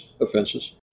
offenses